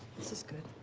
this is good.